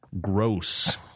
gross